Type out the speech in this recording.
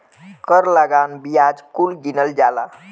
कर लगान बियाज कुल गिनल जाला